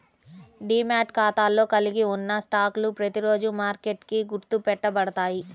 demat ఖాతాలో కలిగి ఉన్న స్టాక్లు ప్రతిరోజూ మార్కెట్కి గుర్తు పెట్టబడతాయి